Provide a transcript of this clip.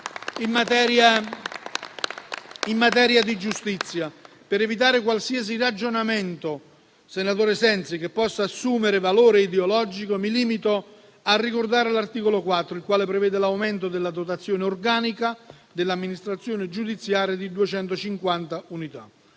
in materia di giustizia. Per evitare qualsiasi ragionamento, senatore Sensi, che possa assumere valore ideologico, mi limito a ricordare l'articolo 4, il quale prevede l'aumento della dotazione organica dell'amministrazione giudiziaria di 250 unità.